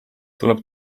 tuleb